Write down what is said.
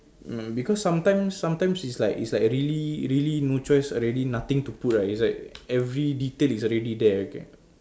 mm because sometimes sometimes is like is like really really no choice already nothing to put right is like every detail is already there okay